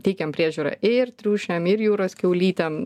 teikiam priežiūrą ir triušiam ir jūros kiaulytėm